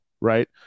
right